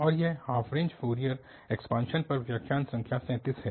और यह half range Fourier expansions पर व्याख्यान संख्या 37 है